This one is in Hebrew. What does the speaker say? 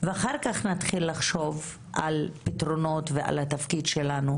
ואחר כך נתחיל לחשוב על פתרונות ועל התפקיד שלנו,